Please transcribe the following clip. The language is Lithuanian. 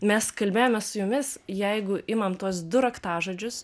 mes kalbėjomės su jumis jeigu imam tuos du raktažodžius